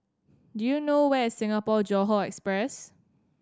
do you know where is Singapore Johore Express